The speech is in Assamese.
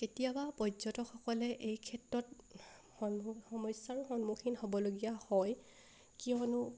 কেতিয়াবা পৰ্যটকসকলে এই ক্ষেত্ৰত সমস্যাৰো সন্মুখীন হ'বলগীয়া হয় কিয়নো